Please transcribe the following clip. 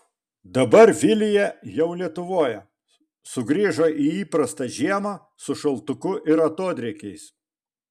dabar vilija jau lietuvoje sugrįžo į įprastą žiemą su šaltuku ir atodrėkiais